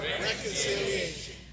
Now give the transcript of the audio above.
reconciliation